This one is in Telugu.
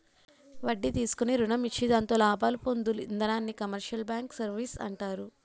వడ్డీ తీసుకుని రుణం ఇచ్చి దాంతో లాభాలు పొందు ఇధానాన్ని కమర్షియల్ బ్యాంకు సర్వీసు అంటారు